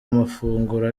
amafunguro